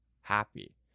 happy